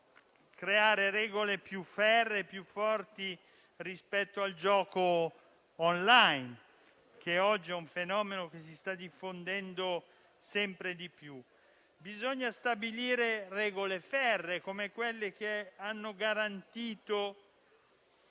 creare regole più ferree e più forti rispetto al gioco *online*, che oggi è un fenomeno che si sta diffondendo sempre di più. Bisogna stabilire regole ferree come quelle che hanno garantito,